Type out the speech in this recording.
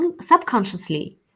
subconsciously